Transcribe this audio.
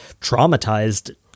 traumatized